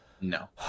no